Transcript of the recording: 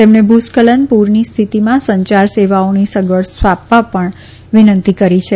તેમણે ભુસ્ખલન પુરની હિથતિમાં સંયાર સેવાઓની સગવડ સ્થાપવા માટે પણ વિનંતી કરી છે